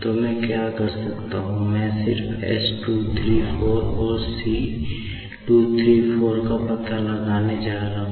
तो मैं क्या कर सकता हूँ मैं सिर्फ s 234 और c 234 पता लगाने जा रहा हूँ